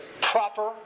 proper